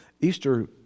Easter